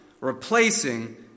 replacing